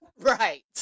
Right